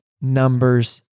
numbers